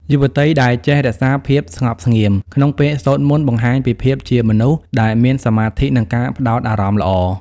យុវតីដែលចេះ "រក្សាភាពស្ងប់ស្ងៀម" ក្នុងពេលសូត្រមន្ត បង្ហាញពីភាពជាមនុស្សដែលមានសមាធិ និងការផ្ដោតអារម្មណ៍ល្អ។